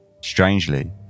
Strangely